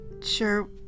sure